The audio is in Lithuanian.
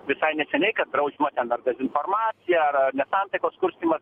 visai neseniai kad draudžiama ten ar dezinformacija ar ar nesantaikos kurstymas